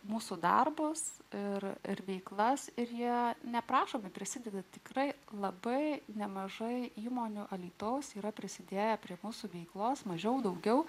mūsų darbus ir ir veiklas ir jie neprašomi prisideda tikrai labai nemažai įmonių alytaus yra prisidėję prie mūsų veiklos mažiau daugiau